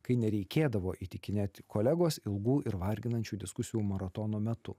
kai nereikėdavo įtikinėti kolegos ilgų ir varginančių diskusijų maratono metu